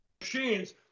machines